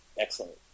excellent